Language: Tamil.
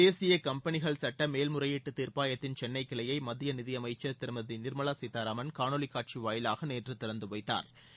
தேசிய கம்பெளிகள் சட்ட மேல்முறையீட்டு தீர்ப்பாயத்தின் சென்னை கிளையை மத்திய நிதியமைச்சா் திருமதி நிாமலா சீதாராமன் காணொளி காட்சி வாயிலாக நேற்று திறந்து வைத்தாா்